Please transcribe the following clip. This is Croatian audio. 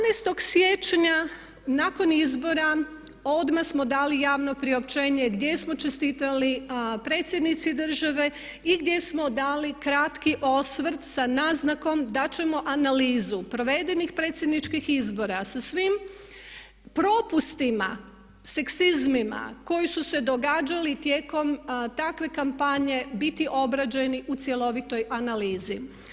12. siječnja nakon izbora odmah smo dali javno priopćenje gdje smo čestitali predsjednici države i gdje smo dali kratki osvrt sa naznakom da ćemo analizu provedenih predsjedničkih izbora sa svim propustima, seksizmima koji su se događali tijekom takve kampanje biti obrađeni u cjelovitoj analizi.